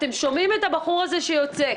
אתם שומעים את הבחור הזה שיוצא כעת.